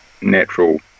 natural